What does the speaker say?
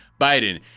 Biden